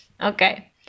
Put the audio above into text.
okay